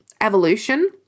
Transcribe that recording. evolution